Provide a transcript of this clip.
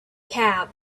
cab